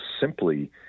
simply